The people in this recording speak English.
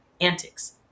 antics